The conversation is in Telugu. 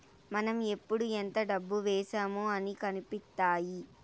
మనం ఎప్పుడు ఎంత డబ్బు వేశామో అన్ని కనిపిత్తాయి